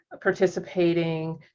participating